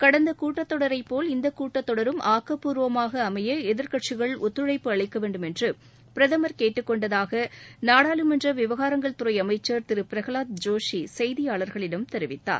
கடந்த கூட்டத் தொடர் போல் இந்த கூட்டத் தொடரும் ஆக்கப்பூர்வமாக அமைய எதிர்க்கட்சிகள் ஒத்துழைப்பு அளிக்க வேண்டும் என்று பிரதமர் கேட்டுக் கொண்டதாக நாடாளுமன்ற விவகாரங்கள் துறை அமைச்சர் திரு பிரகலாத் ஜோஷி செய்தியாளர்களிடம் தெரிவித்தார்